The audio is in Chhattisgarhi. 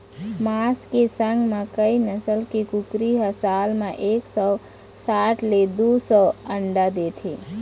मांस के संग म कइ नसल के कुकरी ह साल म एक सौ साठ ले दू सौ अंडा देथे